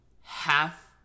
half